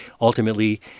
Ultimately